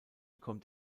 kommt